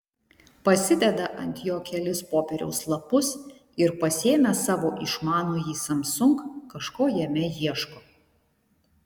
pasideda ant jo kelis popieriaus lapus ir pasiėmęs savo išmanųjį samsung kažko jame ieško